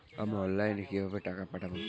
আমি অনলাইনে কিভাবে টাকা পাঠাব?